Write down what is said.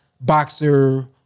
boxer